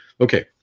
Okay